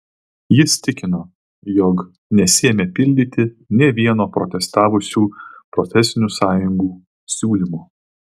jis tikino jog nesiėmė pildyti nė vieno protestavusių profesinių sąjungų siūlymo